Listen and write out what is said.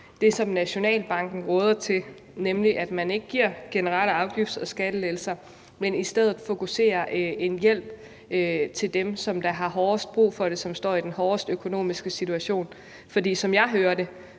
det, som Nationalbanken råder til, nemlig at man ikke giver generelle afgifts- og skattelettelser, men i stedet målretter en hjælp til dem, som har mest brug for den, som står i den hårdeste økonomiske situation. For som jeg hører